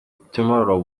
tomorrow